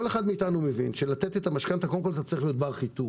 כל אחד מאתנו מבין שלתת את המשכנתה קודם כול אתה צריך להיות בר חיתום,